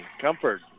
Comfort